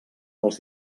els